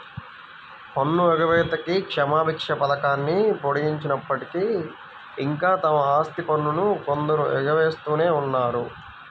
పన్ను ఎగవేతకి క్షమాభిక్ష పథకాన్ని పొడిగించినప్పటికీ, ఇంకా తమ ఆస్తి పన్నును కొందరు ఎగవేస్తూనే ఉన్నారు